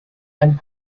and